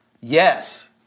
Yes